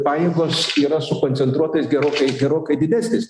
pajėgos yra sukoncentruotas gerokai gerokai didesnis